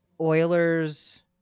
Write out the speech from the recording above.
Oilers